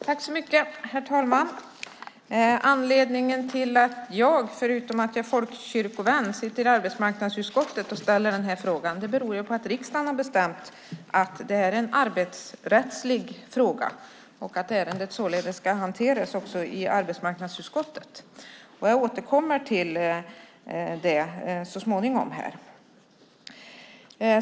Herr talman! Anledningen till att jag som sitter i arbetsmarknadsutskottet ställer den här frågan är, förutom att jag är folkkyrkovän, att riksdagen har bestämt att det här är en arbetsrättslig fråga, och ärendet ska således hanteras i arbetsmarknadsutskottet. Jag återkommer till det så småningom.